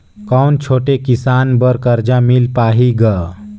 कौन छोटे किसान बर कर्जा मिल पाही ग?